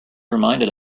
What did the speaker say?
reminded